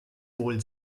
wohl